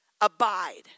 Abide